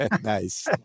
Nice